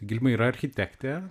gilma yra architektė